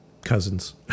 cousins